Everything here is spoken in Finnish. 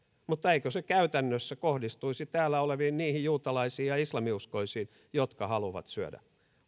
mutta eikö se käytännössä kohdistuisi niihin täällä oleviin juutalaisiin ja islaminuskoisiin jotka haluavat syödä